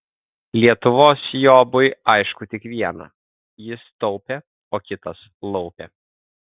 lietuvos jobui aišku tik viena jis taupė o kitas laupė